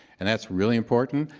and that's really important,